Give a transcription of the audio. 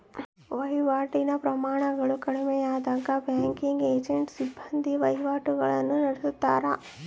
ವಹಿವಾಟಿನ ಪ್ರಮಾಣಗಳು ಕಡಿಮೆಯಾದಾಗ ಬ್ಯಾಂಕಿಂಗ್ ಏಜೆಂಟ್ನ ಸಿಬ್ಬಂದಿ ವಹಿವಾಟುಗುಳ್ನ ನಡತ್ತಾರ